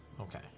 okay